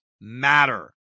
matter